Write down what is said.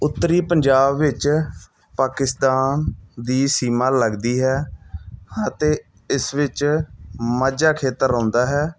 ਉੱਤਰੀ ਪੰਜਾਬ ਵਿੱਚ ਪਾਕਿਸਤਾਨ ਦੀ ਸੀਮਾ ਲੱਗਦੀ ਹੈ ਅਤੇ ਇਸ ਵਿੱਚ ਮਾਝਾ ਖੇਤਰ ਆਉਂਦਾ ਹੈ